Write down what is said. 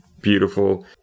beautiful